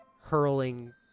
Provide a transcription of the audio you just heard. hurling